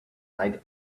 night